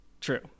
True